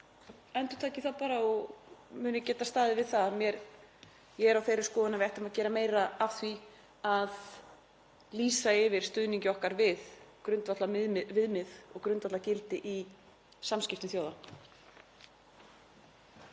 endurtaki það bara og muni geta staðið við það að ég er á þeirri skoðun að við ættum að gera meira af því að lýsa yfir stuðningi okkar við grundvallarviðmið og grundvallargildi í samskiptum þjóða.